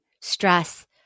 stress